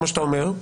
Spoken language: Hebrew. כמו שאתה אומר,